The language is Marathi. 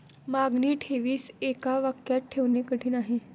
मागणी ठेवीस एका वाक्यात ठेवणे कठीण आहे